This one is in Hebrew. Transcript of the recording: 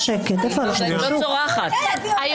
הרשימה הערבית המאוחדת): למה אתה